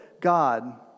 God